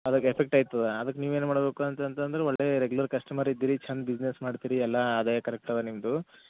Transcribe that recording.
ಅದಕ್ಕೆ ಎಫೆಕ್ಟ್ ಆಯ್ತದ ಆದಕ್ಕೆ ನೀವು ಏನ್ಮಾಡಬೇಕು ಅಂತಂತಂದರೂ ಒಳ್ಳೆಯ ರೆಗ್ಯುಲರ್ ಕಸ್ಟಮರ್ ಇದ್ರಿ ಚೆಂದ ಬಿಸ್ನೆಸ್ ಮಾಡ್ತಿರಿ ಎಲ್ಲಾ ಆದಾಯ ಕರೆಕ್ಟ್ ಅದ ನಿಮ್ಮದು